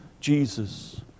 Jesus